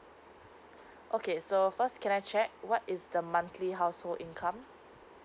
okay so first can I check what is the monthly household income